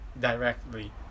directly